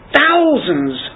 thousands